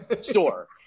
store